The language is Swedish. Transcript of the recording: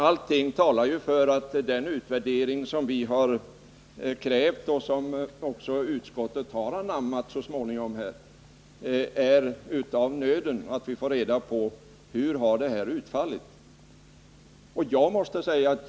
Allt talar för att den utvärdering som vi har krävt — ett krav som också utskottet så småningom har anammat — är av nöden, att vi bör få reda på hur denna verksamhet har utfallit.